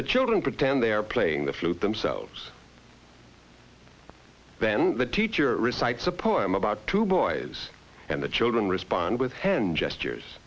the children pretend they are playing the flute themselves then the teacher recites a poem about two boys and the children respond with hand gestures